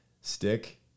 stick